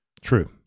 True